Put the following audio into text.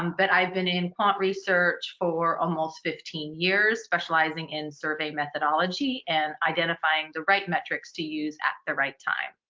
um but i've been in quant research for almost fifteen years, specializing in survey methodology and identifying the right metrics to use at the right time.